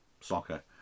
soccer